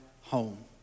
home